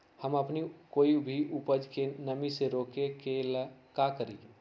हम अपना कोई भी उपज के नमी से रोके के ले का करी?